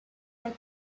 and